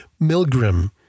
Milgram